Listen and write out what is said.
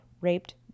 raped